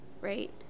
right